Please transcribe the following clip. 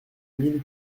mille